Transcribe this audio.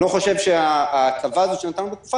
אני לא חושב שההטבה הזאת שנתנו בתקופה